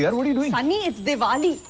yeah what are you doing? sunny, it's diwali.